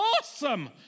awesome